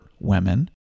women